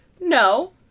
No